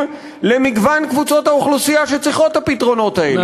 למגוון קבוצות האוכלוסייה שצריכות את הפתרונות האלה.